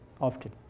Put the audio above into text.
often